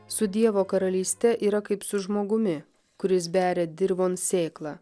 su dievo karalyste yra kaip su žmogumi kuris beria dirvon sėklą